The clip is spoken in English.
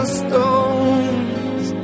stones